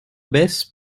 baisse